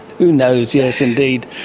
who knows, yes indeed!